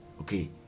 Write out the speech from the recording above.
okay